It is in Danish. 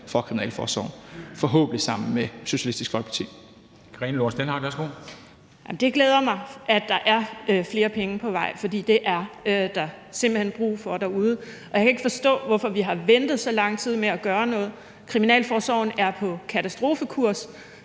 Karina Lorentzen Dehnhardt (SF): Det glæder mig, at der er flere penge på vej, for det er der simpelt hen brug for derude. Og jeg kan ikke forstå, hvorfor vi har ventet så lang tid med at gøre noget. Kriminalforsorgen er på katastrofekurs.